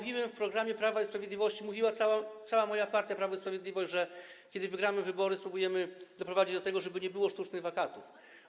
W programie Prawa i Sprawiedliwości cała moja partia Prawo i Sprawiedliwość mówiła o tym, że kiedy wygramy wybory, spróbujemy doprowadzić do tego, żeby nie było sztucznych wakatów.